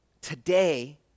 today